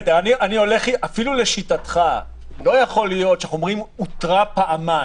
אפילו לשיטתך לא יכול להיות שאנחנו אומרים שהתריעו פעמיים.